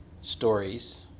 stories